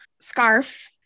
Scarf